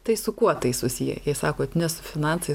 tai su kuo tai susiję jei sakot ne su finansais